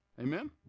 Amen